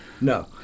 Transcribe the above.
No